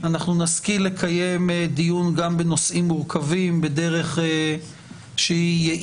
נשכיל לקיים דיון בנושאים מורכבים בדרך יעילה,